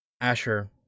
Asher